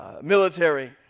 military